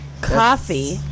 coffee